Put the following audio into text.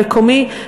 המקומי,